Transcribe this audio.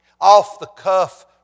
off-the-cuff